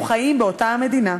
כאילו איננו חיים באותה מדינה.